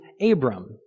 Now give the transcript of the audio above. Abram